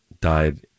died